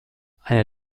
eine